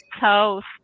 toast